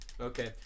Okay